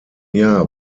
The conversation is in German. jahr